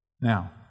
Now